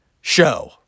show